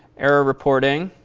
error reporting,